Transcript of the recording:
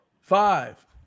five